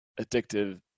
addictive